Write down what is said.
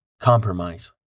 Compromise